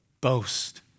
boast